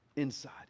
inside